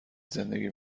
زندگی